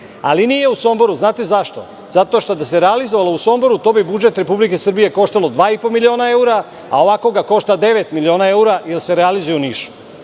Ali, nije u Somboru, znate li zašto? Zato što da se realizovala u Somboru, to bi budžet Republike Srbije koštalo dva i po miliona evra, a ovako ga košta devet miliona evra, jer se realizuje u Nišu.